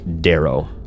Darrow